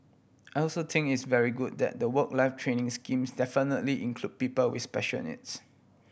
I also think it's very good that the training schemes definitively include people with special needs